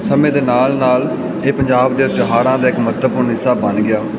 ਸਮੇਂ ਦੇ ਨਾਲ ਨਾਲ ਇਹ ਪੰਜਾਬ ਦੇ ਤਿਉਹਾਰਾਂ ਦਾ ਇੱਕ ਮਹੱਤਵਪੂਰਨ ਹਿੱਸਾ ਬਣ ਗਿਆ